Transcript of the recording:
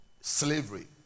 slavery